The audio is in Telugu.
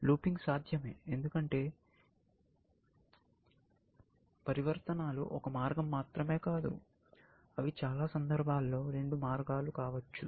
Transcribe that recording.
లూపింగ్ సాధ్యమే ఎందుకంటే పరివర్తనాలు ఒక మార్గం మాత్రమే కాదు అవి చాలా సందర్భాల్లో రెండు మార్గాలు కావచ్చు